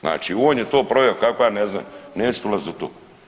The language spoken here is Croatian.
Znači on je to proveo, kako ja ne znam, neću ulaziti u to.